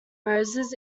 roses